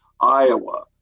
Iowa